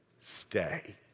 stay